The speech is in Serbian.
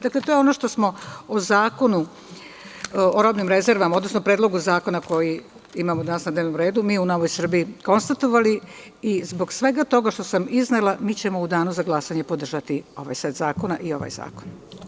Dakle, to je ono što smo o zakonu, o robnim rezervama, odnosno predlogu zakona koji imamo danas na dnevnom redu, mi u NS konstatovali i zbog svega toga što sam iznela mio ćemo u danu za glasanje podržati ovaj set zakona i ovaj zakon.